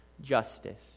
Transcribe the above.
justice